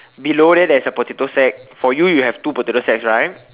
below there there's a potato sack for you there's two potato sacks right